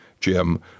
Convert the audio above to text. Jim